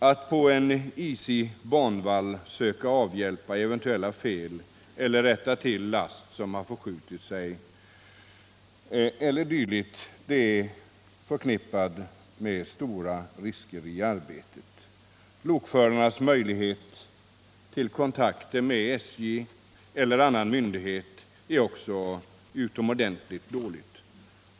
Att på en isig banvall avhjälpa eventuella fel, att rätta till last som förskjutit sig e.d. är förknippat med stora risker i arbetet. Lokförarens möjlighet till kontakt med SJ eller annan myndighet är också utomordentligt dålig.